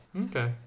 Okay